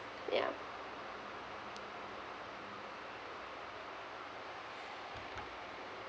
yeah